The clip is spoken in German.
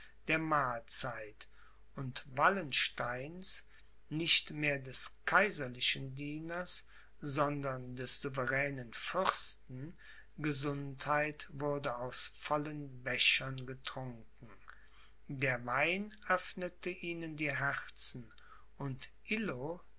der mahlzeit und wallensteins nicht mehr des kaiserlichen dieners sondern des souveränen fürsten gesundheit wurde aus vollen bechern getrunken der wein öffnete ihnen die herzen und